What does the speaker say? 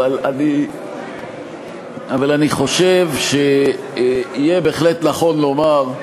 אבל אני חושב שיהיה בהחלט נכון לומר,